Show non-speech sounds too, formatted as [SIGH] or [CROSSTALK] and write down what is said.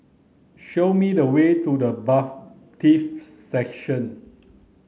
show me the way to the [UNINTELLIGIBLE] Section